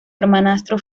hermanastro